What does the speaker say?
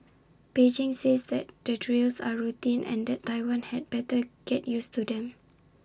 Beijing says that the drills are routine and that Taiwan had better get used to them